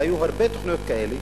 היו הרבה תוכניות כאלה,